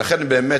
לכן באמת,